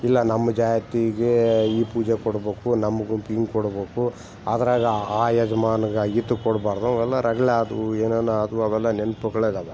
ಇಲ್ಲ ನಮ್ಮ ಜಾತಿಗೇ ಈ ಪೂಜೆ ಕೊಡಬೇಕು ನಮ್ಮ ಗುಂಪಿಗೆ ಹಿಂಗೆ ಕೊಡಬೇಕು ಅದ್ರಾಗ ಆ ಯಜಮಾನ ಇದು ಕೊಡಬಾರ್ದು ಅವೆಲ್ಲಾ ರಗಳೆ ಆದವು ಏನೇನು ಆದವು ಅದೆಲ್ಲ ನೆನಪುಗಳೇ